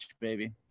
baby